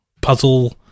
puzzle